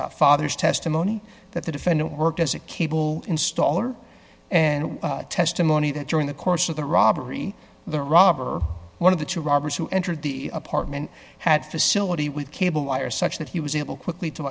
defendant father's testimony that the defendant worked as a cable installer and testimony that during the course of the robbery the robber one of the two robbers who entered the apartment had facility with cable wire such that he was able quickly to